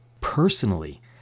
Personally